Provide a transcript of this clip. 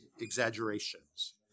exaggerations